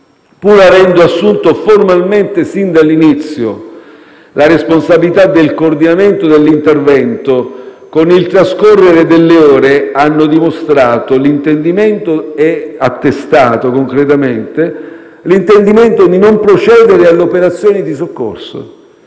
pur avendo assunto formalmente sin dall'inizio la responsabilità del coordinamento dell'intervento, con il trascorrere delle ore hanno dimostrato - e attestato concretamente - l'intendimento di non procedere alle operazioni di soccorso,